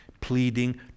pleading